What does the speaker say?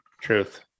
Truth